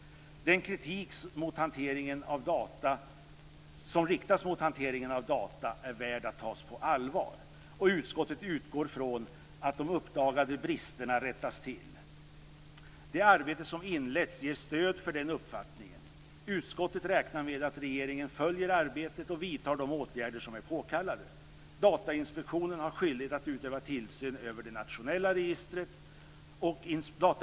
Den kritik som riktas mot hanteringen av data är värd att tas på allvar, och utskottet utgår från att de uppdagade bristerna rättas till. Det arbete som inletts ger stöd för den uppfattningen. Utskottet räknar med att regeringen följer arbetet och vidtar de åtgärder som är påkallade. Datainspektionen har skyldighet att utöva tillsyn över det nationella registret.